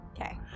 Okay